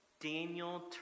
Daniel